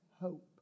hope